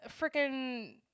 freaking